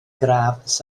gradd